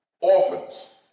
orphans